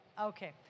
Okay